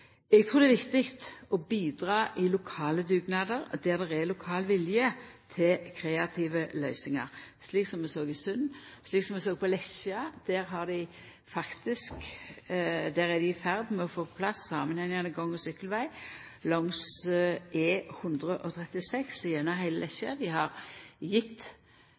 Eg trur det er viktig å bidra i lokale dugnader der det er lokal vilje til kreative løysingar, slik som vi såg i Sund, og slik som vi ser i Lesja. Der er dei faktisk i ferd med å få på plass samanhengande gang- og sykkelveg langs E136 gjennom heile Lesja. Grunneigarane har